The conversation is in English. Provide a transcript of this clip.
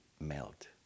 melt